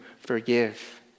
forgive